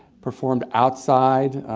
performed outside.